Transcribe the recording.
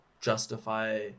justify